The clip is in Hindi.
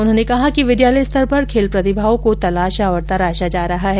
उन्होंने कहा कि विद्यालय स्तर पर खेल प्रतिभाओं को तलाशा और तराशा जा रहा है